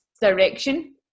direction